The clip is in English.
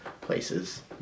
places